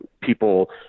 People